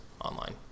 online